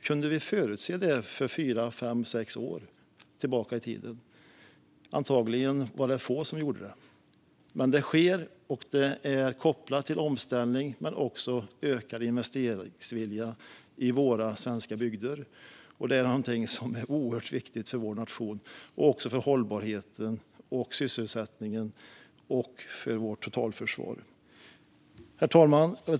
Kunde vi förutse detta fyra fem sex år tillbaka i tiden? Antagligen var det få som gjorde det. Men detta sker, och det är kopplat till omställning men också ökad investeringsvilja i våra svenska bygder. Det är oerhört viktigt för vår nation och också för hållbarheten och sysselsättningen och för vårt totalförsvar. Herr talman!